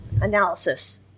analysis